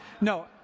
no